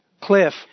Cliff